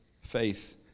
faith